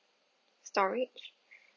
storage